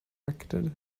erected